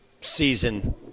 season